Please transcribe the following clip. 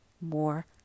More